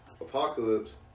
Apocalypse